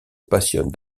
passionne